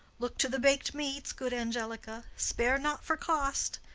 look to the bak'd meats, good angelica spare not for cost.